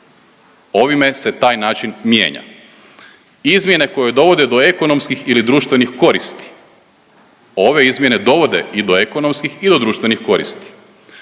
Ovime se taj način mijenja. Izmjene koje dovode do ekonomskih ili društvenih koristi. Ove izmjene dovode i do ekonomskih i do društvenih koristi.